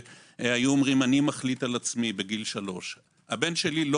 שהיו אומרים: אני מחליט על עצמי בגיל 3. הבן שלי לא